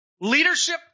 Leadership